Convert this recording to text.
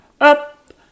up